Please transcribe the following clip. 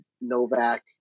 Novak